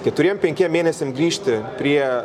keturiem penkiem mėnesiam grįžti prie